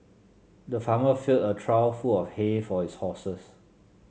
the farmer filled a trough full of hay for his horses